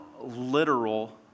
literal